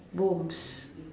bombs